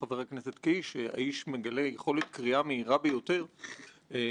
אני יכול לומר לכם: אנחנו חברי הכנסת עברנו כולנו יחד תהליך